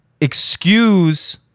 excuse